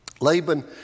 Laban